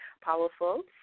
powerful